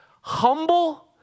humble